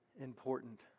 important